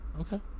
Okay